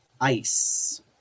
ice